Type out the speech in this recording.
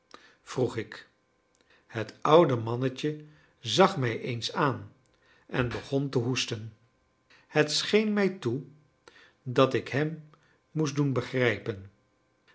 vroeg ik het oude mannetje zag mij eens aan en begon te hoesten het scheen mij toe dat ik hem moest doen begrijpen